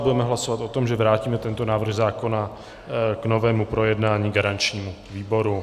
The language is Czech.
Budeme hlasovat o tom, že vrátíme tento návrh zákona k novému projednání garančnímu výboru.